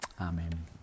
amen